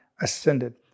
ascended